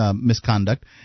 misconduct